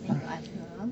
then you ask her